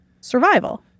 survival